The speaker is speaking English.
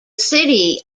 city